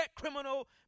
criminal